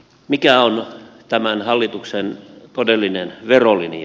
mikä on tämän hallituksen todellinen verolinja